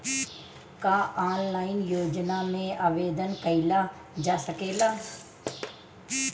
का ऑनलाइन योजना में आवेदन कईल जा सकेला?